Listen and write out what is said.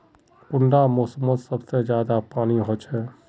कुंडा मोसमोत सबसे ज्यादा पानी होचे?